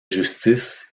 justice